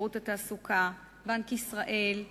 שירות התעסוקה, בנק ישראל,